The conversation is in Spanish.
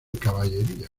caballería